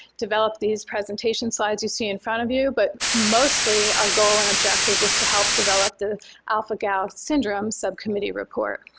develop these presentation slides you see in front of you. but mostly our goal and objective was to help develop the alpha-gal syndrome subcommittee report.